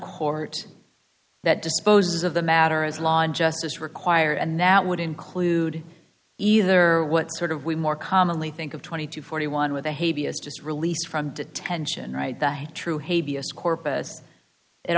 court that disposes of the matter is law and justice require and that would include either what sort of we more commonly think of twenty to forty one with a hey vs just released from detention right true hey b s corpus it